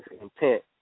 intent